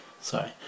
Sorry